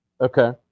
Okay